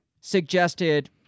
suggested